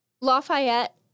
Lafayette